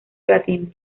platino